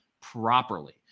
properly